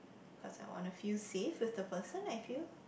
cause I want to feel safe with the person I feel